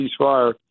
ceasefire